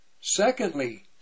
Secondly